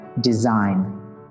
design